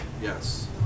Yes